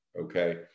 okay